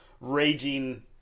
raging